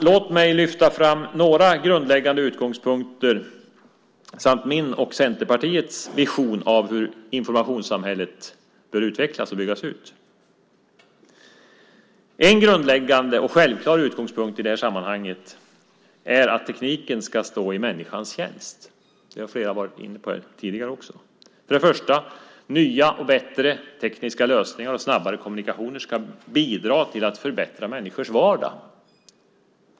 Låt mig lyfta fram några grundläggande utgångspunkter samt min och Centerpartiets vision av hur informationssamhället bör utvecklas och byggas ut. En grundläggande och självklar utgångspunkt i det sammanhanget är att tekniken ska stå i människans tjänst. Det har också flera varit inne på här tidigare. För det första ska nya och bättre tekniska lösningar och snabbare kommunikationer bidra till att förbättra människors vardag.